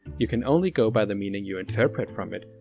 you can only go by the meaning you interpret from it,